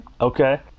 Okay